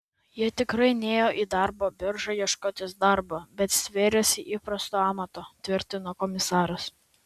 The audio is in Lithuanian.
jie tikrai nėjo į darbo biržą ieškotis darbo bet stvėrėsi įprasto amato tvirtino komisaras